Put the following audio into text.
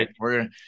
right